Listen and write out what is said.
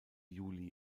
juli